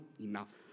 enough